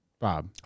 Bob